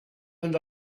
and